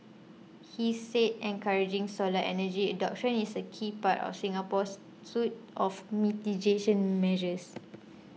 he said encouraging solar energy adoption is a key part of Singapore's suite of mitigation measures